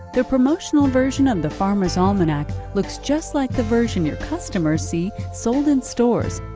the promotional version of the farmers' almanac looks just like the version your customers see sold in stores.